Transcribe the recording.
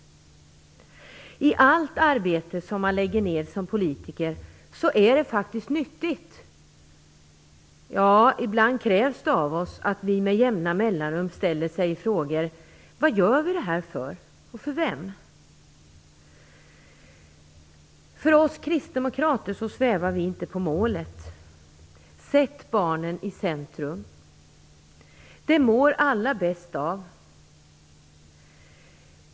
I allt arbete som vi som politiker lägger ned är det faktiskt nyttigt, och ibland krävs det av oss, att vi med jämna mellanrum ställer frågan: Varför gör vi det här och för vem? Vi kristdemokrater svävar inte på målet: Sätt barnen i centrum! Det mår alla bäst av.